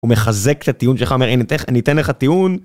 הוא מחזק את הטיעון שלך, אומר, אני את.. אני אתן לך טיעון.